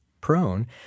prone